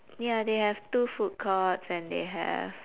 ya they have two food courts and they have